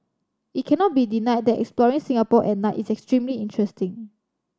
it cannot be denied that exploring Singapore at night is extremely interesting